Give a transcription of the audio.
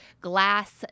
glass